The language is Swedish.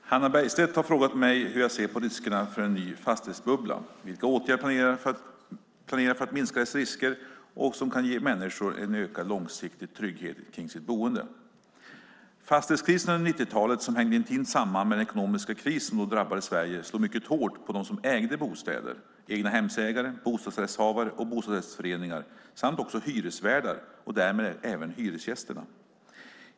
Herr talman! Hannah Bergstedt har frågat mig hur jag ser på riskerna för en ny fastighetsbubbla och vilka åtgärder jag planerar för att minska dessa risker och som kan ge människor ökad långsiktig trygghet kring sitt boende. Fastighetskrisen under 90-talet, som hängde intimt samman med den ekonomiska kris som då drabbade Sverige, slog mycket hårt mot dem som ägde bostäder - egnahemsägare, bostadsrättsinnehavare och bostadsrättsföreningar samt hyresvärdar, och därmed även hyresgästerna.